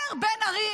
אומר בן ארי